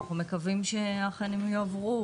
אנחנו מקווים שהם יועברו